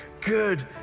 good